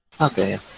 Okay